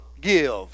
give